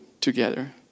together